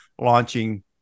launching